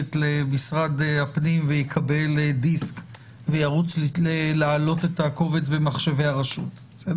למשרד הפנים ויקבל דיסק וירוץ להעלות את הקובץ במחשבי הרשות אבל